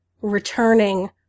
returning